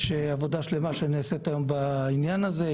יש עבודה שלמה שנעשית בעניין הזה.